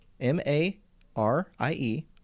M-A-R-I-E